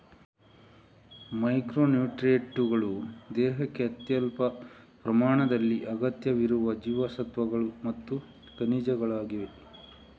micro ನ್ಯೂಟ್ರಿಯೆಂಟುಗಳು ದೇಹಕ್ಕೆ ಅತ್ಯಲ್ಪ ಪ್ರಮಾಣದಲ್ಲಿ ಅಗತ್ಯವಿರುವ ಜೀವಸತ್ವಗಳು ಮತ್ತು ಖನಿಜಗಳಾಗಿವೆ